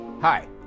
Hi